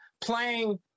playing